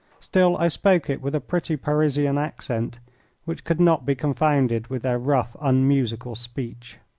still i spoke it with a pretty parisian accent which could not be confounded with their rough, unmusical speech.